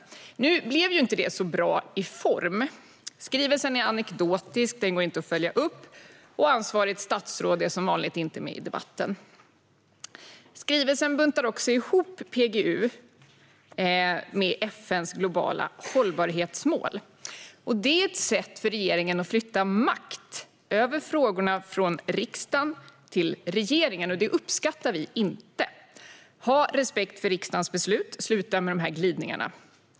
Nu blev det inte så bra i form. Skrivelsen är anekdotisk och går inte att följa upp, och ansvarigt statsråd är som vanligt inte med i debatten. Skrivelsen buntar också ihop PGU med FN:s globala hållbarhetsmål. Det är ett sätt för regeringen att flytta makt över frågorna från riksdagen till regeringen. Det uppskattar vi inte. Ha respekt för riksdagens beslut! Sluta med de här glidningarna!